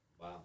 Wow